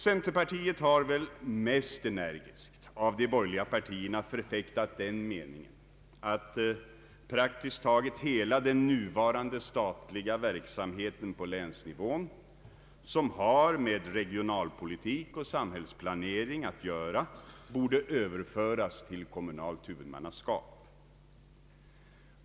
Centerpartiet har väl mest energiskt av de borgerliga partierna förfäktat den meningen att praktiskt taget hela den nuvarande statliga verksamheten på länsnivån, som har med regionalpolitik och samhällsplanering att göra, borde överföras till kommunalt huvudmannaskap.